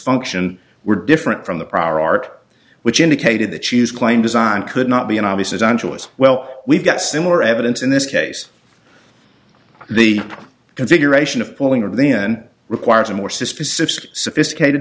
function were different from the proper art which indicated that she has claimed design could not be an obvious angelus well we've got similar evidence in this case the configuration of pulling and then requires a more suspicious sophisticated